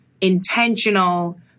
intentional